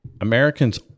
Americans